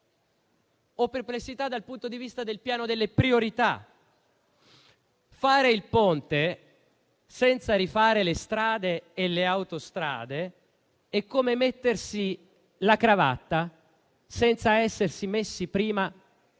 ho perplessità dal punto di vista del piano delle priorità: fare il Ponte senza rifare le strade e le autostrade è come mettersi la cravatta, senza essersi messi prima la